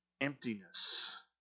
Emptiness